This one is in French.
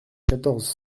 quatorze